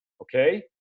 okay